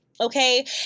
Okay